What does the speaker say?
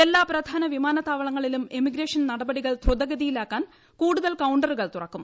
എല്ലാ പ്രധാന വിമാനത്താവളങ്ങളിലും എമിഗ്രേഷൻ നടപടികൾ ധ്രുതഗതിയിലാക്കാൻ കൂടുതൽ കൌണ്ടറുകൾ തുറക്കും